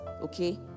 okay